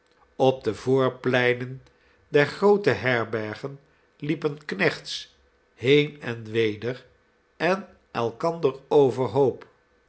op de voorpleinen der groote herbergen liepen knechts heen en weder en elkander overhoop